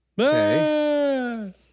Okay